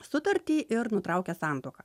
sutartį ir nutraukia santuoką